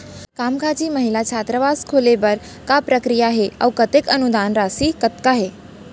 कामकाजी महिला छात्रावास खोले बर का प्रक्रिया ह अऊ कतेक अनुदान राशि कतका हे?